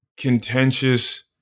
contentious